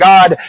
God